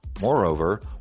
Moreover